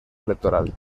electoral